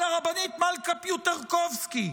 על הרבנית מלכה פיוטרקובסקי,